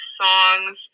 songs